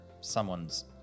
someone's